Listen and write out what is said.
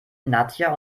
nadja